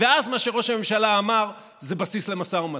ואז מה שראש הממשלה אמר זה בסיס למשא ומתן.